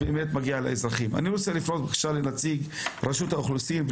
אני רוצה לפנות לנציג רשות האוכלוסין.